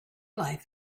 life